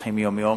שמתפתחים יום-יום,